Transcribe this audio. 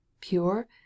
pure